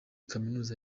kaminuza